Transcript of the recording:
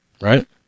Right